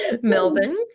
Melbourne